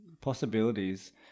possibilities